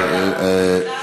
אל תנסה.